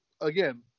again